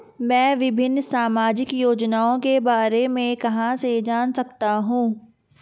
मैं विभिन्न सामाजिक योजनाओं के बारे में कहां से जान सकता हूं?